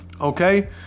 okay